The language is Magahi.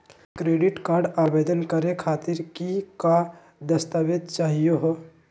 क्रेडिट कार्ड आवेदन करे खातीर कि क दस्तावेज चाहीयो हो?